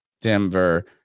Denver